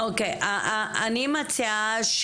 אני מציעה,